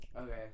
Okay